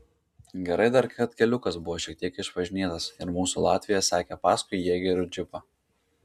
gerai dar kad keliukas buvo šiek tiek išvažinėtas ir mūsų latvija sekė paskui jėgerių džipą